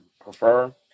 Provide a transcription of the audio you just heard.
prefer